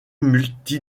multi